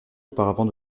auparavant